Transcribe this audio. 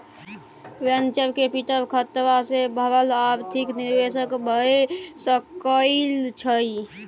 venture capital खतरा सँ भरल आर्थिक निवेश भए सकइ छइ